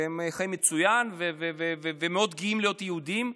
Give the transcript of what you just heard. והם חיים מצוין ומאוד גאים להיות יהודים,